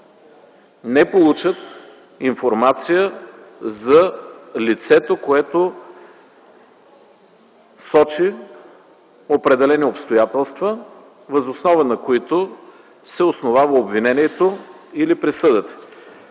не получат информация за лицето, което сочи определени обстоятелства, въз основа на които се основава обвинението или присъдата.